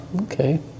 Okay